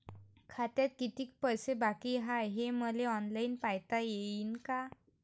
खात्यात कितीक पैसे बाकी हाय हे मले ऑनलाईन पायता येईन का?